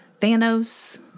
Thanos